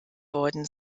worden